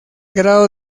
grado